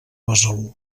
besalú